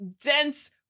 dense